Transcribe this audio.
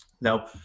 Now